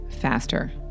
faster